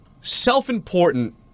self-important